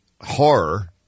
horror